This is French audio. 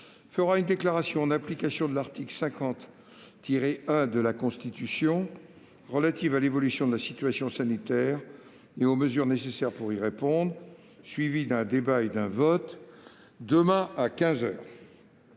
fera une déclaration, en application de l'article 50-1 de la Constitution, relative à l'évolution de la situation sanitaire et aux mesures nécessaires pour y répondre, suivie d'un débat et d'un vote, demain à